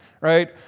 right